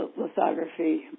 lithography